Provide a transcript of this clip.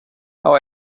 jag